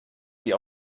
sie